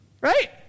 Right